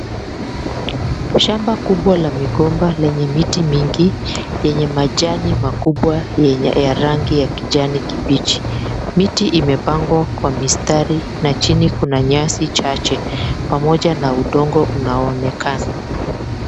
Shamba kubwa la migomba lenye miti mingi yenye majani makubwa ya rangi ya kijani kibichi. Miti imepangwa kwa mistari na chini kuna nyasi chache, pamoja na udongo unaonekana.